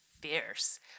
fierce